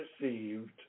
received